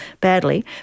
badly